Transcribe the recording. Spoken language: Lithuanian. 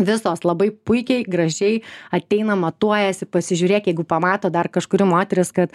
visos labai puikiai gražiai ateina matuojasi pasižiūrėk jeigu pamato dar kažkuri moteris kad